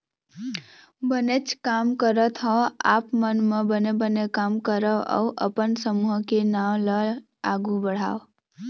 बनेच काम करत हँव आप मन बने बने काम करव अउ अपन समूह के नांव ल आघु बढ़ाव